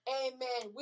amen